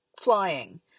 flying